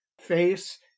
face